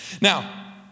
now